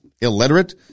illiterate